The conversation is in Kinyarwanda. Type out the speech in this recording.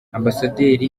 ambasaderi